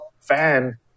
fan